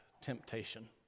temptation